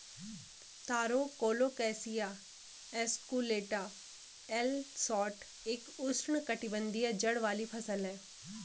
तारो colocasia esculenta L Schott एक उष्णकटिबंधीय जड़ वाली फसल है